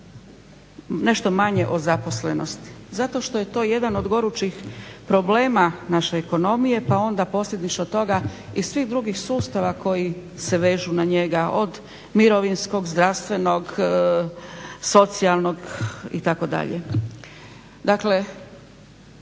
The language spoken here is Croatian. nešto manje o zaposlenosti? Zato što je to jedan od gorućih problema naše ekonomije pa onda posljedično tome i svih drugih sustava koji se vežu na njega od mirovinskog, zdravstvenog, socijalnog itd.